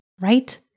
right